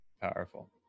Powerful